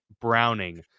Browning